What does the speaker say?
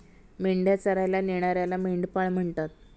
मेंढ्या चरायला नेणाऱ्याला मेंढपाळ म्हणतात